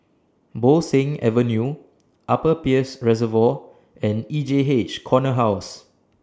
Bo Seng Avenue Upper Peirce Reservoir and E J H Corner House